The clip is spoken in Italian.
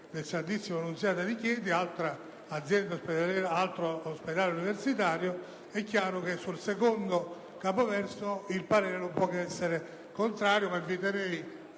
della Santissima Annunziata di Chieti, altro ospedale universitario, è evidente che sul secondo capoverso il parere non può che essere contrario e quindi inviterei